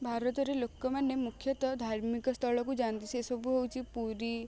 ଭାରତରେ ଲୋକମାନେ ମୁଖ୍ୟତଃ ଧାର୍ମିକ ସ୍ଥଳକୁ ଯାଆନ୍ତି ସେସବୁ ହଉଚି ପୁରୀ